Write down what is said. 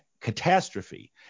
catastrophe